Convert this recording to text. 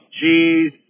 Cheese